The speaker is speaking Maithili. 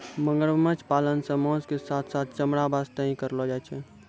मगरमच्छ पालन सॅ मांस के साथॅ साथॅ चमड़ा वास्तॅ ही करलो जाय छै